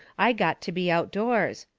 i got to be outdoors.